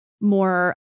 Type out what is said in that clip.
more